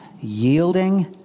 yielding